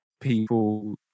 people